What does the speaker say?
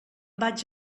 vaig